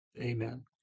Amen